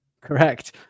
correct